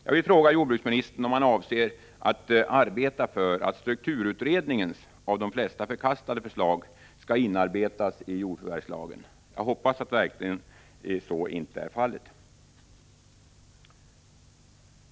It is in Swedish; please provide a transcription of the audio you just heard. Jag vill fråga jordbruksministern om han avser att arbeta för att strukturutredningens av de flesta förkastade förslag skall inarbetas i jordförvärvslagen. Jag hoppas verkligen att så inte är fallet.